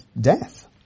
death